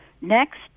Next